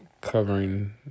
Covering